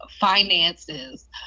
finances